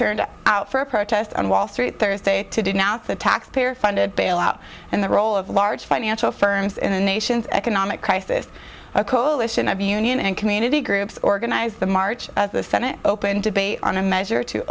turned out for a protest on wall street thursday to denounce the taxpayer funded bailout and the role of large financial firms in the nation's economic crisis a coalition of union and community groups organize the march of the senate open debate on a measure to